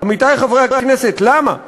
עמיתי חברי הכנסת, למה?